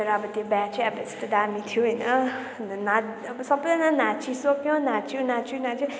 तर अब त्यो बिहा चाहिँ यस्तो दामी थियो होइन अब सबैजना नाचिसक्यो नाच्यो नाच्यो नाच्यो त्यहाँदेखि